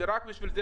זה רק בשביל זה,